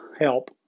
help